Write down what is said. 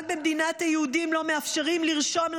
רק במדינת היהודים לא מאפשרים לרשום על